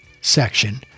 section